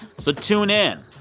so tune in.